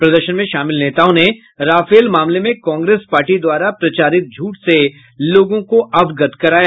प्रदर्शन में शामिल नेताओं ने राफेल मामले में कांग्रेस पार्टी द्वारा प्रचारित झूठ से लोगों को अवगत कराया